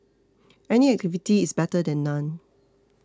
any activity is better than none